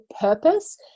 purpose